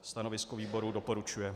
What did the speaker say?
Stanovisko výboru: Doporučuje.